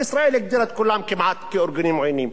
ישראל הגדירה את כולם כמעט כארגונים עוינים.